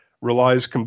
relies